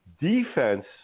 Defense